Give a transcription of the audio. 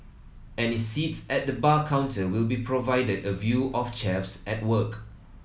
any seats at the bar counter will be provided a view of chefs at work